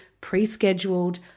pre-scheduled